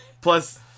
Plus